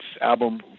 album